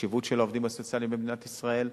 החשיבות של העובדים הסוציאליים במדינת ישראל,